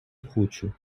хочу